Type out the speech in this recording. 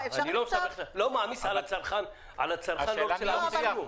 על הצרכן אני לא רוצה להעמיס כלום.